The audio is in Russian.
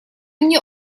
мне